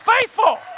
faithful